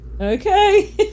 Okay